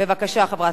הרווחה והבריאות,